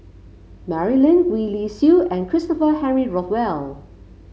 Mary Lim Gwee Li Sui and Christopher Henry Rothwell